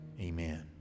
Amen